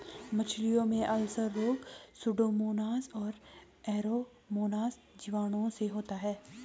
मछलियों में अल्सर रोग सुडोमोनाज और एरोमोनाज जीवाणुओं से होता है